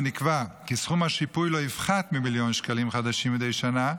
ונקבע כי סכום השיפוי לא יפחת ממיליון שקלים חדשים מדי שנה,